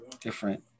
different